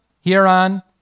hereon